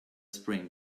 spring